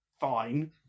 Fine